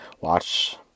watch